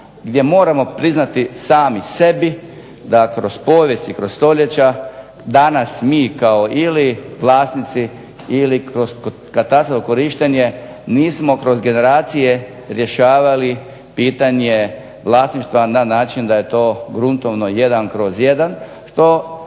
gdje moramo priznati sami sebi da kroz povijest i kroz stoljeća danas mi kao ili vlasnici, ili kroz …/Govornik se ne razumije./… korištenje nismo kroz generacije rješavali pitanje vlasništva na način da je to gruntovno 1/1, što